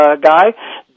guy